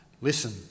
Listen